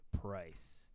Price